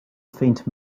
faint